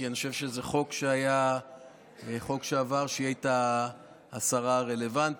כי אני חושב שזה חוק שעבר כשהיא הייתה השרה הרלוונטית.